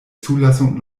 zulassung